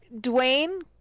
Dwayne